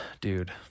Dude